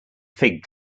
fig